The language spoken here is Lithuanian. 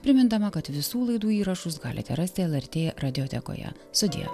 primindama kad visų laidų įrašus galite rasti lrt radiotekoje sudie